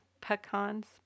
Pecans